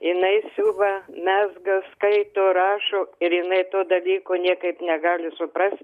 jinai siuva mezga skaito rašo ir jinai to dalyko niekaip negali suprast